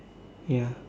ya